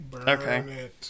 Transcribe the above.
Okay